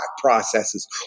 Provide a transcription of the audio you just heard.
processes